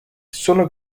sono